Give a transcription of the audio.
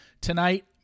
Tonight